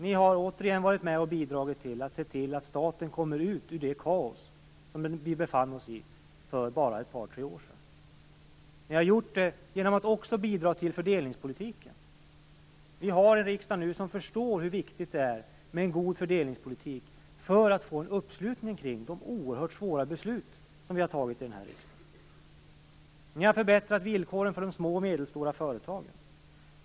Ni har återigen bidragit till att se till att staten kommer ut ur det kaos som vi befann oss i för bara ett par tre år sedan. Ni har gjort det genom att också bidra till fördelningspolitiken. Vi har nu en riksdag som förstår hur viktigt det är med en god fördelningspolitik för att man skall kunna få en uppslutning kring de oerhört svåra beslut som har fattats i den här riksdagen. Ni har förbättrat villkoren för de små och medelstora företagen.